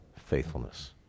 faithfulness